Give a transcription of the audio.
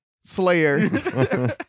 slayer